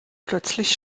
plötzlich